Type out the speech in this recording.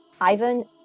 Ivan